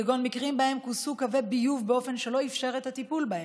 כגון מקרים שבהם כוסו קווי ביוב באופן שלא אפשר טיפול בהם.